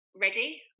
ready